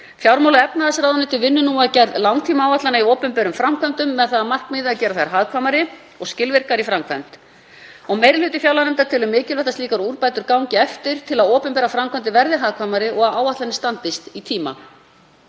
Fjármála- og efnahagsráðuneytið vinnur nú að gerð langtímaáætlana í opinberum framkvæmdum með það að markmiði að gera þær hagkvæmari og skilvirkari í framkvæmd. Meiri hluti fjárlaganefndar telur mikilvægt að slíkar úrbætur gangi eftir til að opinberar framkvæmdir verði hagkvæmari og að áætlanir standist í tíma.